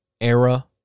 era